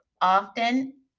Often